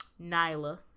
Nyla